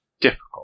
difficult